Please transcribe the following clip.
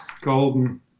Golden